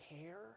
care